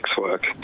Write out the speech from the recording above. work